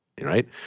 right